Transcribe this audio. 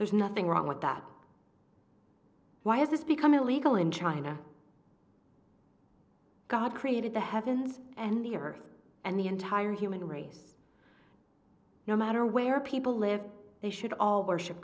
there's nothing wrong with that why has this become illegal in china god created the heavens and the earth and the entire human race no matter where people live they should all worship